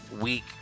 week